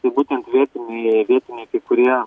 tai būtent vietiniai vietiniai kai kurie